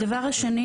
אינה,